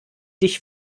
dich